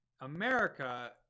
America